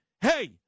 hey